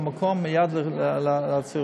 במקום, מייד לצירופים.